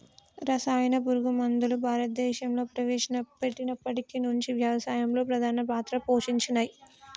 రసాయన పురుగు మందులు భారతదేశంలా ప్రవేశపెట్టినప్పటి నుంచి వ్యవసాయంలో ప్రధాన పాత్ర పోషించినయ్